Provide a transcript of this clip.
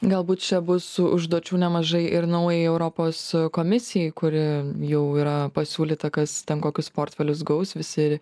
galbūt čia bus užduočių nemažai ir naujai europos komisijai kuri jau yra pasiūlyta kas ten kokius portfelius gaus visi